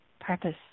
purpose